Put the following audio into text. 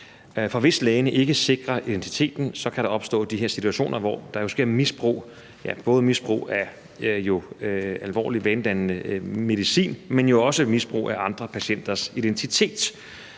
hvis lægen ikke sikrer identiteten, kan der jo opstå de her situationer, hvor der både sker misbrug af alvorligt vandedannende medicin, men også misbrug af andre patienters identitet,